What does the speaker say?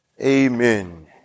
Amen